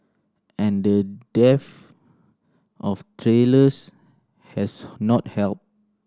and the dearth of tailors has not helped